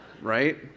right